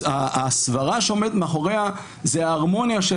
הסברה שעומדת מאחוריה זו ההרמוניה של